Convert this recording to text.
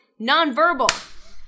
nonverbal